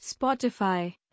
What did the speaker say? Spotify